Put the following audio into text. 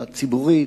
הציבורית,